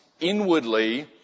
inwardly